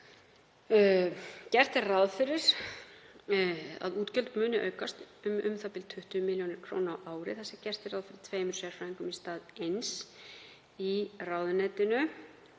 Gert er ráð fyrir að útgjöld muni aukast um u.þ.b. 20 millj. kr. á ári þar sem gert er ráð fyrir tveimur sérfræðingum í stað eins í ráðuneytinu